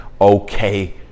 okay